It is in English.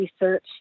research